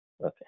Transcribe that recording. Okay